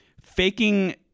faking